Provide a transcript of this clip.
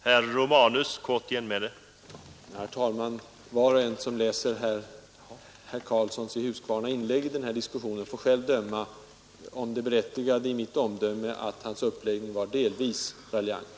Herr talman! Var och en som läser herr Kari ons i Huskvarna inlägg i den här diskussionen får själv döma om det berättigade i mitt omdöme, att hans uppläggning var delvis raljant.